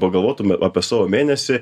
pagalvotum apie savo mėnesį